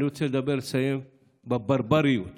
אני רוצה לסיים ולציין את הברבריות